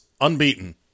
unbeaten